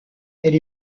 elle